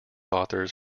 authors